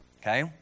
okay